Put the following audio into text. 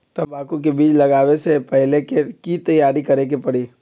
तंबाकू के बीज के लगाबे से पहिले के की तैयारी करे के परी?